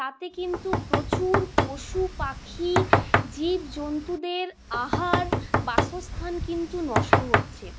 তাতে কিন্তু প্রচুর পশু পাখি জীবজন্তুদের আহার বাসস্থান কিন্তু নষ্ট হচ্ছে